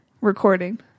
recording